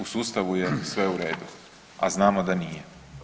U sustavu je sve u redu, a znamo da nije.